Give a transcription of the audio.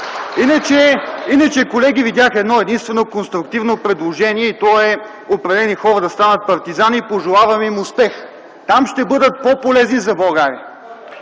ДПС.) Колеги, видях едно единствено конструктивно предложение и то е определени хора да станат партизани, пожелавам им успех. Там ще бъдат по-полезни за България.